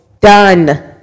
done